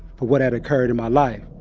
for what had occurred in my life.